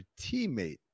teammate